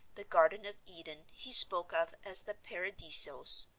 the garden of eden he spoke of as the paradeisos,